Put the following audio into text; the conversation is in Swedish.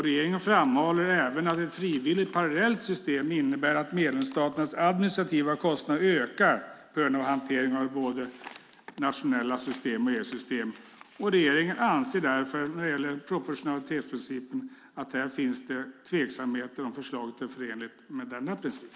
Regeringen framhåller även att ett frivilligt parallellt system innebär att medlemsstaternas administrativa kostnader ökar på grund av hanteringen av både det nationella systemet och EU-systemet. Regeringen anser därför när det gäller proportionalitetsprincipen att det finns tveksamheter kring om förslaget är förenligt med denna princip.